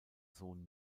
sohn